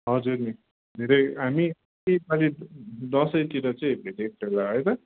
हजुर नि धेरै हामी अस्तिको पालि दसैँतिर चाहिँ भेटेको थियो होला है दा